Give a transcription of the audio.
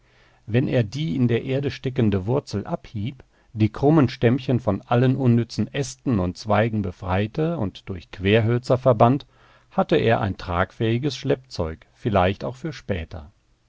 wenn er die in der erde steckende wurzel abhieb die krummen stämmchen von allen unnützen ästen und zweigen befreite und durch querhölzer verband hatte er ein tragfähiges schleppzeug vielleicht auch für später